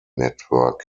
network